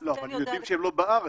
לא, אבל הם יודעים שהם לא בארץ.